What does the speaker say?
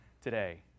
today